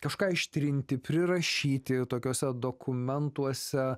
kažką ištrinti prirašyti tokiuose dokumentuose